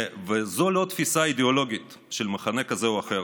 זו לא תפיסה אידיאולוגית של מחנה כזה או אחר,